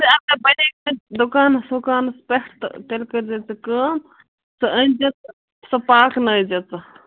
دُکانَس وُکانَس پٮ۪ٹھ تہٕ تیٚلہِ کٔرۍزِ ژٕ کٲم سُہ أنۍزِ ژٕ سۄ پاک نٲوۍزِ ژٕ